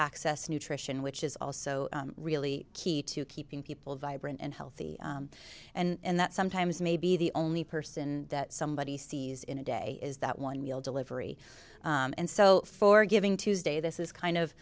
access nutrition which is also really key to keeping people vibrant and healthy and that sometimes may be the only person that somebody sees in a day is that one meal delivery and so for giving tuesday this is kind of